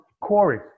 Corey